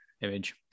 image